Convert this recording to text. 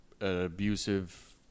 abusive